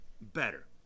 better